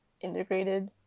integrated